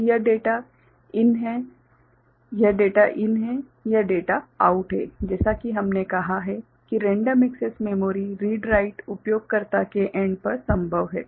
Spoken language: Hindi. तो यह डेटा इन है यह डेटा आउट है जैसा कि हमने कहा है कि random access memory read write Random Access Memory read write उपयोगकर्ता के एण्ड पर संभव है